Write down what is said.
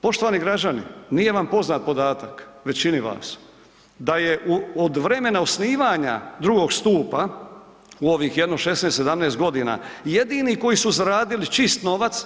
Poštovani građani, nije vam poznat podatak, većini vas, da je u od vremena osnivanja II. stupa u ovih jedno 16, 17 godina jedini koji su zaradili čist novac,